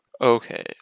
Okay